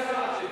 עבודה ורווחה?